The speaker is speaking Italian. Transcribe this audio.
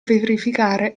verificare